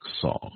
song